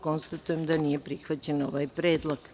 Konstatujem da nije prihvaćen ovaj predlog.